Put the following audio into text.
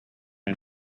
and